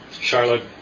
Charlotte